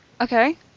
Okay